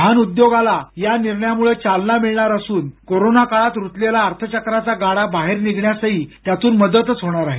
वाहन उद्योगाला या निर्णयामुळं चालना मिळणार असून कोरोना काळात रुतलेला अर्थचक्राचा गाडा बाहेर निघण्यासही त्यातून मदतच होणार आहे